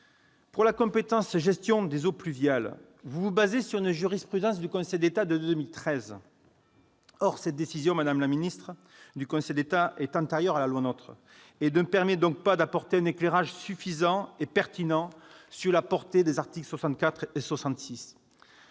la compétence « gestion des eaux pluviales », vous vous basez sur une jurisprudence du Conseil d'État de 2013. Or cette décision du Conseil d'État, madame la ministre, est antérieure à la loi NOTRe et ne permet donc pas d'apporter un éclairage suffisant et pertinent sur la portée des articles 64 et 66